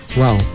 wow